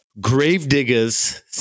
Gravediggers